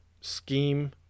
scheme